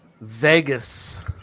Vegas